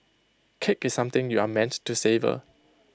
cake is something you are meant to savour